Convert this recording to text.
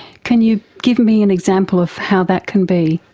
can you give me an example of how that can be?